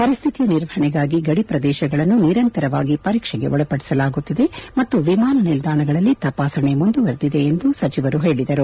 ಪರಿಸ್ಥಿತಿಯ ನಿರ್ವಹಣೆಗಾಗಿ ಗಡಿ ಪ್ರದೇಶಗಳನ್ನು ನಿರಂತರವಾಗಿ ಪರೀಕ್ಷೆಗೊಳಪಡಿಸಲಾಗುತ್ತಿದೆ ಮತ್ತು ವಿಮಾನ ನಿಲ್ದಾಣಗಳಲ್ಲಿ ತಪಾಸಣೆ ಮುಂದುವರಿಸಲಾಗಿದೆ ಎಂದು ಸಚಿವರು ಹೇಳಿದರು